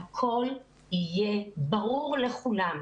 הכל יהיה ברור לכולם.